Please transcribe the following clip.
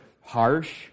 harsh